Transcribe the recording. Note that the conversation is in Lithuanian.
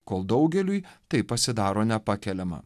kol daugeliui tai pasidaro nepakeliama